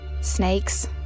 Snakes